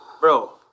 Bro